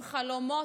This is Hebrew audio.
עם חלומות,